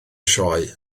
sioe